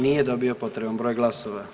Nije dobio potreban broj glasova.